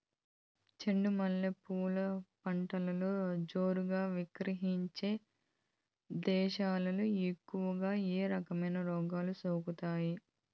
చెండు మల్లె పూలు పంటలో జోరుగా వికసించే దశలో ఎక్కువగా ఏ రకమైన రోగాలు సోకుతాయి?